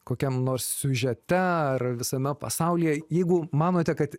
kokiam nors siužete ar visame pasaulyje jeigu manote kad